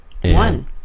one